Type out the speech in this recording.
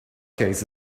case